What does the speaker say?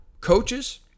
coaches